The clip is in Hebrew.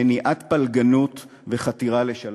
מניעת פלגנות וחתירה לשלום.